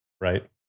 Right